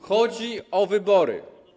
Chodzi o wybory.